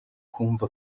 kumva